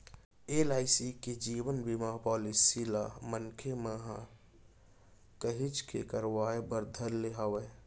LIC के जीवन बीमा पॉलीसी ल मनसे मन ह काहेच के करवाय बर धर ले हवय